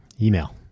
email